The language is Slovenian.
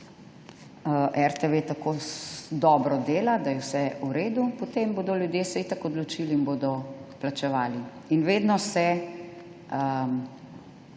RTV tako dobro dela, da je vse v redu, potem se bodo ljudje itak odločili in bodo plačevali. In vedno se